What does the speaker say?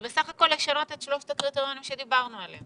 זה בסך הכול לשנות את שלושת הקריטריונים עליהם דיברנו.